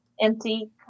empty